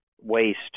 waste